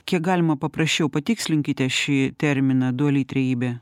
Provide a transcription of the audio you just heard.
kiek galima paprasčiau patikslinkite šį terminą duali trejybė